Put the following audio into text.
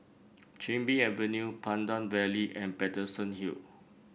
Chin Bee Avenue Pandan Valley and Paterson Hill